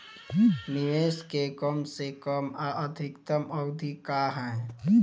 निवेश के कम से कम आ अधिकतम अवधि का है?